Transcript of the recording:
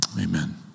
Amen